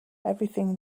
everything